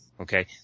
Okay